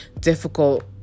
difficult